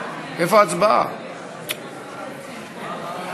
ההצעה להפוך את הצעת חוק הביטוח הלאומי (תיקון,